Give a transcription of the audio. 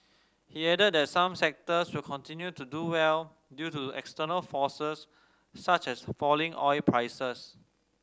he added that some sectors will continue to do well due to external forces such as falling oil prices